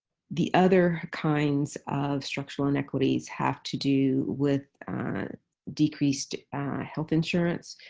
the other kinds of structural inequities have to do with decreased health insurance.